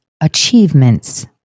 achievements